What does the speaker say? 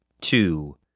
two